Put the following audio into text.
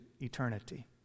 eternity